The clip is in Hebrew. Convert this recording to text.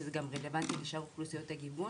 שזה גם רלוונטי לשאר אוכלוסיות הגיוון.